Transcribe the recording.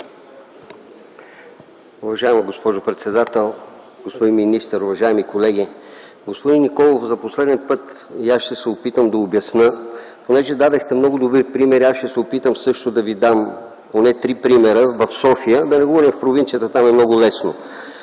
Уважаема госпожо председател, господин министър, уважаеми колеги! Господин Николов, за последен път и аз ще се опитам да обясня. Понеже дадохте много добри примери, ще се опитам също да Ви дам поне три примера за София, да не говорим за провинцията, там е много лесно.